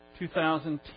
2010